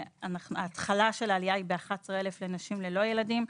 והתחלת העלייה היא ב-11,000 לנשים ללא ילדים,